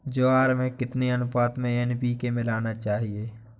ज्वार में कितनी अनुपात में एन.पी.के मिलाना चाहिए?